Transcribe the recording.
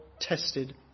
tested